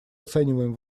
оцениваем